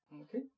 Okay